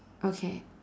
okay